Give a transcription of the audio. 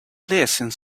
pleasant